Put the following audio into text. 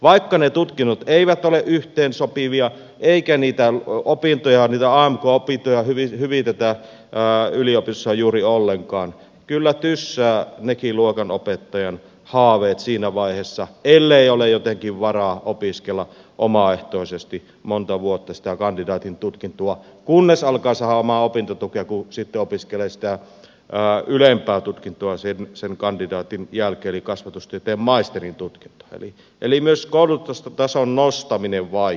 vaikka ne tutkinnot eivät ole yhteensopivia eikä niitä amk opintoja ja onko pitää hyvin hyvitetään rahaa yli hyvitetä yliopistossa juuri ollenkaan kyllä tyssäävät nekin luokanopettajan haaveet siinä vaiheessa ellei ole jotenkin varaa opiskella omaehtoisesti monta vuotta sitä kandidaatin tutkintoa kunnes alkaa saamaan opintotukea kun sitten opiskelee sitä ylempää tutkintoa sen kandidaatin jälkeen eli kasvatustieteen maisterin tutkintoa eli myös koulutustason nostaminen vaikeutuu